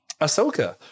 Ahsoka